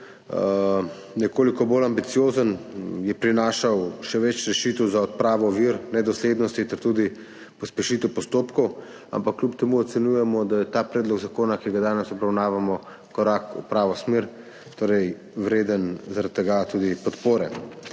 nekoliko bolj ambiciozen, prinašal je še več rešitev za odpravo ovir, nedoslednosti ter tudi pospešitev postopkov, ampak kljub temu ocenjujemo, da je ta predlog zakona, ki ga danes obravnavamo, korak v pravo smer, torej zaradi tega vreden podpore.